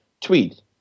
tweet